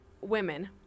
women